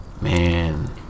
Man